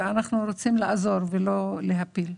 ואנחנו רוצים לעזור ולא להפיל.